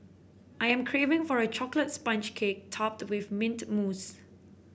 I am craving for a chocolate sponge cake topped with mint mousse